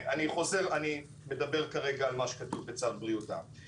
כן, אני אדבר כרגע על מה שכתוב בצו בריאות העם.